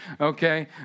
Okay